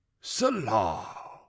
Salah